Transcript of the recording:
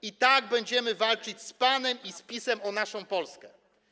I tak będziemy walczyć z panem i z PiS-em o naszą Polskę.